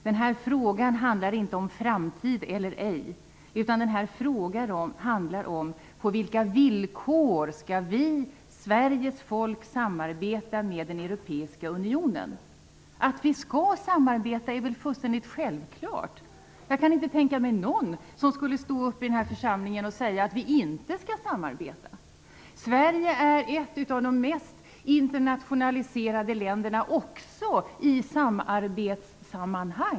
Den här frågan handlar inte om framtid eller ej. Den här frågan handlar om på vilka villkor vi, Sveriges folk, skall samarbeta med den europeiska unionen. Att vi skall samarbeta är väl fullständigt självklart - jag kan inte tänka mig någon i den här församlingen som skulle stå upp och säga att Sverige inte skall samarbeta. Sverige är ett av de mest internationaliserade länderna, också i samarbetssammanhang.